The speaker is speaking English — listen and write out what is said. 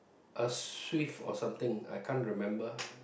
a swift or something I can't remember